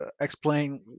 explain